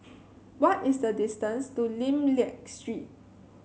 what is the distance to Lim Liak Street